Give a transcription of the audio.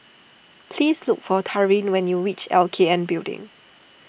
please look for Taryn when you reach L K N Building